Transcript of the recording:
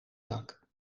zak